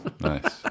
Nice